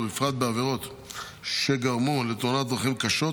ובפרט בעבירות שגרמו לתאונות דרכים קשות,